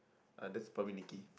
uh that's probably Nicky